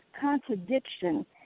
contradiction